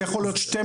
זה יכול להיות 12,